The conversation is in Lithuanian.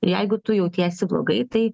ir jeigu tu jautiesi blogai tai